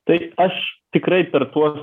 tai aš tikrai per tuos